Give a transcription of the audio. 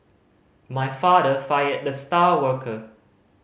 my father fired the star worker